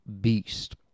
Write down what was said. beast